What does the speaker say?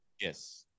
Yes